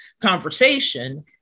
conversation